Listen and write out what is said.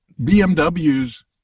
bmw's